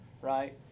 right